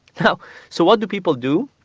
so so what do people do?